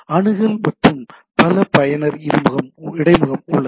அணுகல் மற்றும் பல பயனர் இடைமுகம் உள்ளது